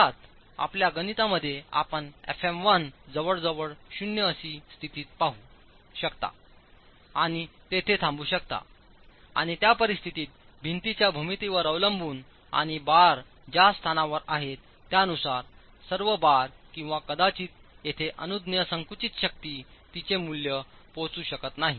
अर्थात आपल्या गणितांमध्ये आपणfm1 जवळजवळ शून्यअशी स्थितीत पाहू शकताआणि तेथे थांबू शकता आणि त्या परिस्थितीत भिंतीच्या भूमितीवर अवलंबून आणि बार ज्या स्थानावर आहेत त्यानुसार सर्व बार किंवा कदाचित येथे अनुज्ञेय संकुचित शक्ती तिचे मूल्य पोहोचू शकत नाही